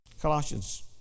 Colossians